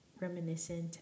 reminiscent